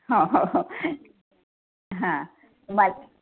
हो हो हो हां